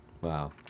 Wow